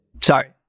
Sorry